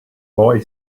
boy